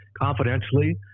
confidentially